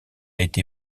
été